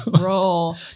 Roll